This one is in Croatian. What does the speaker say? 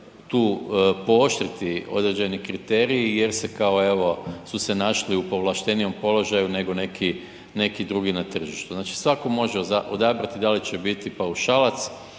tu pooštriti određeni kriteriji jer se kao evo su se našli u povlaštenijem položaju nego neki, neki drugi na tržištu. Znači, svatko može odabrati da li će biti paušalac,